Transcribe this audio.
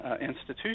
institution